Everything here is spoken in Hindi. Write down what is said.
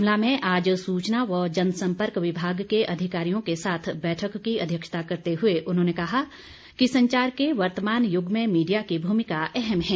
शिमला में आज सूचना व जनसम्पर्क विभाग के अधिकारियों के साथ बैठक की अध्यक्षता करते हुए उन्होंने कहा कि संचार के वर्तमान युग में मीडिया की भूमिका अहम है